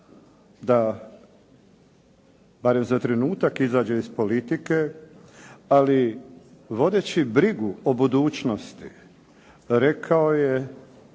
da barem za trenutak izađe iz politike, ali vodeći brigu o budućnosti rekao je